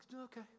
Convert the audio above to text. Okay